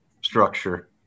structure